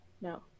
No